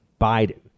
Biden